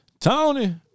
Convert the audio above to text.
Tony